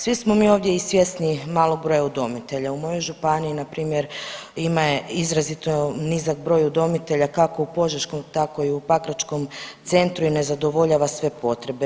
Svi smo mi ovdje i svjesni malog broja udomitelja, u mojoj županiji npr. ima izrazito nizak broj udomitelja kako u požeškom tako i u pakračkom centru i ne zadovoljava sve potrebe.